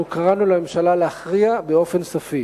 אנחנו קראנו לממשלה להכריע באופן סופי